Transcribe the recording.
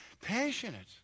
passionate